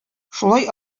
шулай